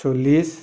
চল্লিছ